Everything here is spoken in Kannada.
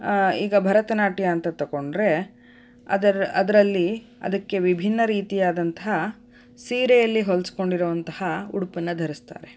ಈಗ ಭರತನಾಟ್ಯ ಅಂತ ತಕೊಂಡ್ರೆ ಅದರ ಅದರಲ್ಲಿ ಅದಕ್ಕೆ ವಿಭಿನ್ನ ರೀತಿಯಾದಂತಹ ಸೀರೆಯಲ್ಲಿ ಹೋಳಿಸ್ಕೊಂಡಿರುವಂತಹ ಉಡುಪನ್ನು ಧರಿಸ್ತಾರೆ